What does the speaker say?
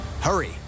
Hurry